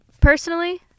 personally